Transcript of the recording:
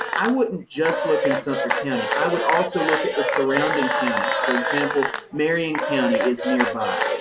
i wouldn't just look in sumpter county. i would also look at the surrounding counties. for example, marion county is nearby,